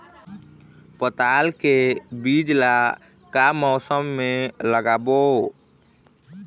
पताल के बीज ला का मौसम मे लगाबो?